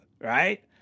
Right